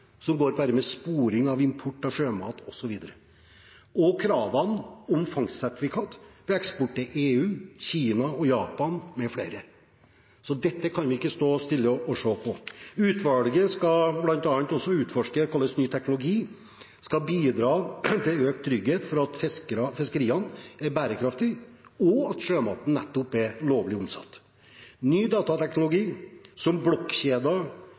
som går på sporing av import av sjømat, osv. og kravene om fangstsertifikat ved eksport til EU, Kina og Japan mfl. Så dette kan vi ikke stå stille og se på. Utvalget skal bl.a. også utforske hvordan ny teknologi skal bidra til økt trygghet for at fiskeriene er bærekraftige, og at sjømaten nettopp er lovlig omsatt. Ny datateknologi, som